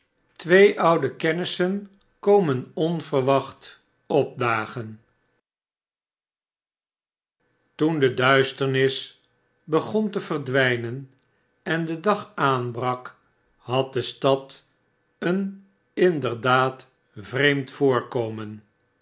twee oude kennissen komen onverwacht opdagen toen de duisternis begon te verdwijnen en de dag aanbrak had de stad een inderdaad vreemd voorkomen